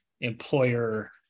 employer